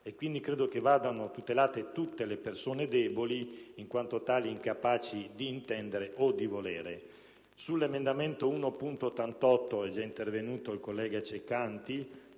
e quindi credo vadano tutelate tutte le persone deboli, in quanto tali incapaci di intendere o di volere. Sull'emendamento 1.88 è già intervenuto il senatore Ceccanti,